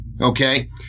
okay